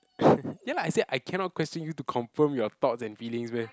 ya lah I say I cannot question you to confirm your thoughts and feelings meh